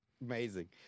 Amazing